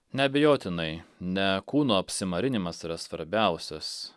neabejotinai ne kūno apsimarinimas yra svarbiausias